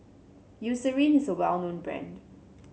Eucerin is a well known brand